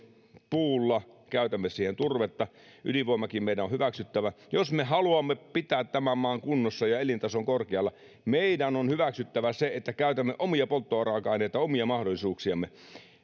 puulla käytämme turvetta ydinvoimakin meidän on hyväksyttävä jos me haluamme pitää tämän maan kunnossa ja elintason korkealla meidän on hyväksyttävä se että käytämme omia polttoraaka aineitamme omia mahdollisuuksiamme